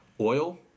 Oil